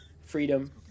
freedom